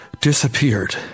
disappeared